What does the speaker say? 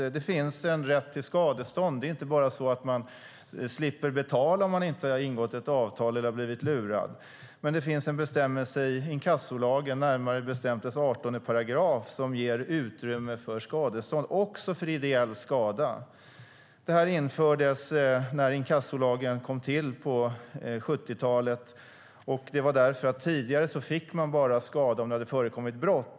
Det finns en rätt till skadestånd. Det är inte bara så att man slipper betala om man inte har ingått ett avtal eller har blivit lurad, utan det finns en bestämmelse i inkassolagen, närmare bestämt 18 §, som ger utrymme för skadestånd också för ideell skada. Den infördes när inkassolagen kom till på 70-talet. Tidigare fick man skadestånd bara om det hade förekommit brott.